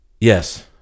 Yes